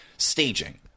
staging